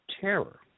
terror